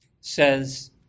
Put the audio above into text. says